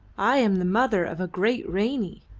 i am the mother of a great ranee!